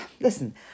listen